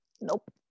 nope